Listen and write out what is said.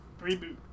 Reboot